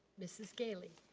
mrs. galey.